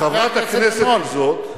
חברת הכנסת הזאת,